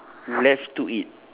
left to it